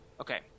Okay